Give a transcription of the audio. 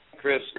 Chris